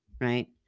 right